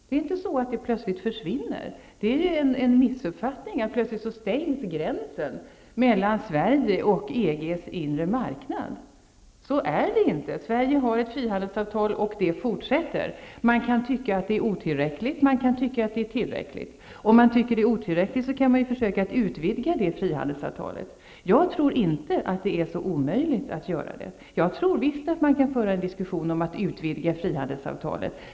Det är inte så att det plötsligt försvinner. Det är en missuppfattning att gränsen mellan Sverige och EG:s inre marknad plötsligt kommer att stängas. Så är det inte. Sverige har ett frihandelsavtal, och det fortsätter. Man kan tycka att det är otillräckligt, eller man kan tycka att det är tillräckligt. Om man tycker att det är otillräckligt kan man försöka utvidga det frihandelsavtalet. Jag tror inte att det är så omöjligt. Jag tror visst att man kan föra en diskussion om att utvidga frihandelsavtalet.